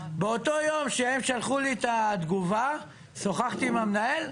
באותו יום שהם שלחו לי את התגובה שוחחתי עם המנהל,